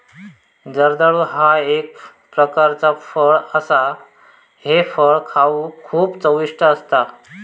जर्दाळू ह्या एक प्रकारचो फळ असा हे फळ खाउक खूप चविष्ट असता